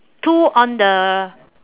two on the